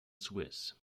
swiss